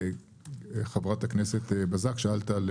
חברת הכנסת בזק, שאלת על